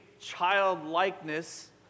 childlikeness